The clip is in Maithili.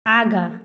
आगाँ